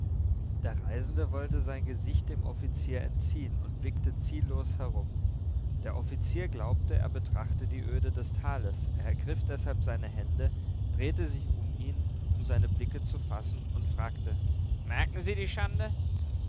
der reisende wollte sein gesicht dem offizier entziehen und blickte ziellos herum der offizier glaubte er betrachte die öde des tales er ergriff deshalb seine hände drehte sich um ihn um seine blicke zu erfassen und fragte merken sie die schande